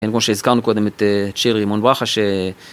כמו שהזכרנו קודם את צ'ירי מונברחה